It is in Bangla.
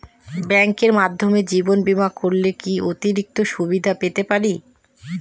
ব্যাংকের মাধ্যমে জীবন বীমা করলে কি কি অতিরিক্ত সুবিধে পেতে পারি?